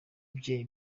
bye